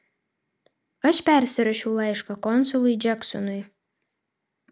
aš persirašiau laišką konsului džeksonui